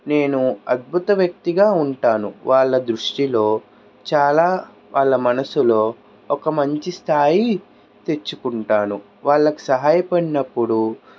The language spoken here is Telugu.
నేను అద్భుత వ్యక్తిగా ఉంటాను వాళ్ళ దృష్టిలో చాలా వాళ్ళ మనసులో ఒక మంచి స్థాయి తెచ్చుకుంటాను వాళ్ళకు సహాయపడినప్పుడు